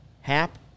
Hap